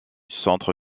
centre